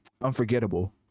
unforgettable